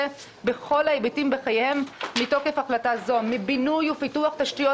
בכל ההיבטים בחייהן מתוקף החלטה זו מבינוי ופיתוח תשתיות